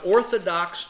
Orthodox